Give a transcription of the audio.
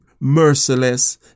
merciless